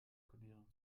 kodierung